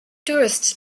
tourists